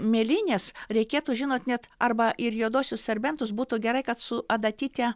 mėlynės reikėtų žinot net arba ir juoduosius serbentus būtų gerai kad su adatyte